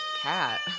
cat